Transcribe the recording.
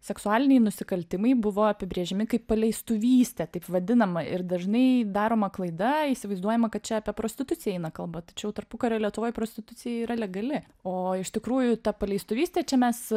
seksualiniai nusikaltimai buvo apibrėžiami kaip paleistuvystė taip vadinama ir dažnai daroma klaida įsivaizduojama kad čia apie prostituciją eina kalba tačiau tarpukario lietuvoj prostitucija yra legali o iš tikrųjų ta paleistuvystė čia mes